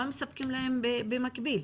מה מספקים להם במקביל?